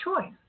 choice